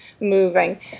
moving